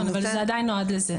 נכון, אבל זה עדיין נועד לזה.